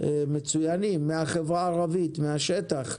אנשים מצוינים מן החברה הערבית, מן השטח.